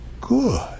good